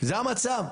זה המצב.